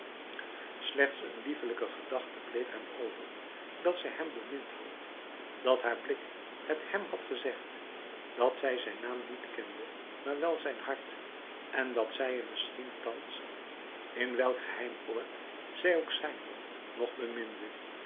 slechts een liefelijke gedachte bleef hem over dat zij hem bemind had dat haar blik het hem had gezegd dat zij zijn naam niet kende maar wel zijn hart en dat zij hem misschien thans in welk geheim oord zij ook zijn mocht nog beminde